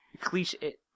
cliche